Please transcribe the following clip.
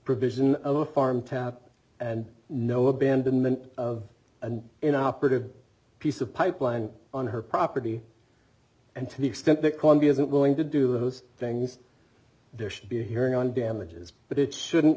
provision of a farm tap and no abandonment of and in operative piece of pipe line on her property and to the extent that kwame isn't going to do those things there should be a hearing on damages but it shouldn't